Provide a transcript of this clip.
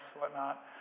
whatnot